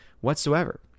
whatsoever